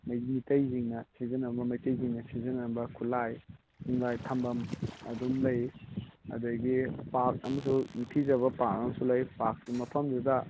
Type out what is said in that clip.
ꯃꯤꯇꯩꯁꯤꯡꯅ ꯁꯤꯖꯤꯟꯅꯔꯝꯕ ꯃꯩꯇꯩꯁꯤꯡꯅ ꯁꯤꯖꯤꯟꯅꯔꯝꯕ ꯈꯨꯠꯂꯥꯏ ꯅꯨꯡꯂꯥꯏ ꯊꯝꯐꯝ ꯑꯗꯨꯝ ꯂꯩ ꯑꯗꯒꯤ ꯄꯥꯛ ꯑꯃꯁꯨ ꯅꯤꯡꯊꯤꯖꯕ ꯄꯥꯛ ꯑꯃꯁꯨ ꯂꯩ ꯄꯥꯛꯀꯤ ꯃꯐꯝꯗꯨꯗ